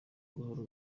gahoro